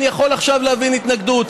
אני יכול עכשיו להבין התנגדות,